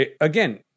again